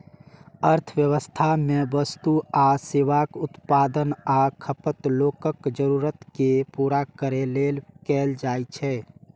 अर्थव्यवस्था मे वस्तु आ सेवाक उत्पादन आ खपत लोकक जरूरत कें पूरा करै लेल कैल जाइ छै